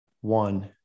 one